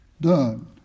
done